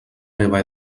meva